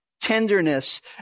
tenderness